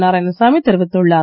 நாராயணசாமி தெரிவித்துள்ளார்